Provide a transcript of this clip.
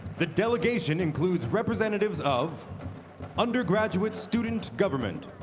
the delegation includes representatives of undergraduate student government,